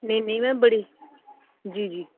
नेईं नेईं में बड़ी जी जी